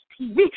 TV